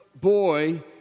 boy